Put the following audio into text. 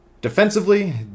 Defensively